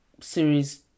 series